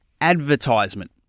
advertisement